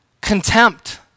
Contempt